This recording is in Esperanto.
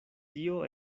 tio